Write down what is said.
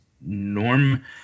Norm